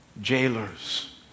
Jailers